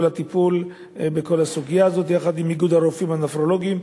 הטיפול בכל הסוגיה הזאת יחד עם איגוד הרופאים הנפרולוגים,